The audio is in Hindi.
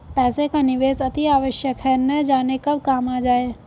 पैसे का निवेश अतिआवश्यक है, न जाने कब काम आ जाए